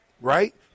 right